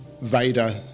Vader